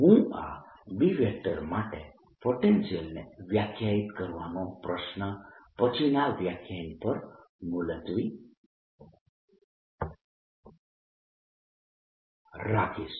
હું આ B માટે પોટેનિશ્યિલને વ્યાખ્યાયિત કરવાનો પ્રશ્ન પછીના વ્યાખ્યાન પર મુલતવી રાખીશ